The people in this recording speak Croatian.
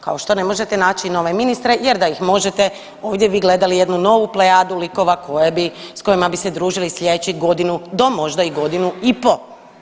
Kao što ne možete naći nove ministre, jer da ih možete ovdje bi gledali jednu plejadu likova sa kojima bi se družili sljedećih godinu do možda i godinu i pol.